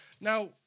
now